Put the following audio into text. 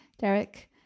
Derek